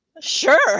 Sure